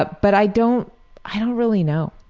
but but i don't i don't really know.